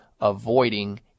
avoiding